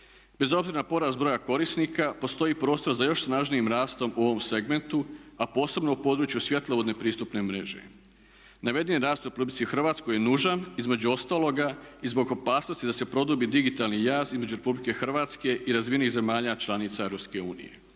Bez obzira na porast broja korisnika postoji prostor za još snažnijim rastom u ovom segmentu, a posebno u području svjetlovodne pristupne mreže. Navedeni je rast u RH je nužan između ostaloga i zbog opasnosti da se produbi digitalni jaz između RH i razvijenih zemalja članica EU. U RH je